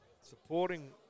supporting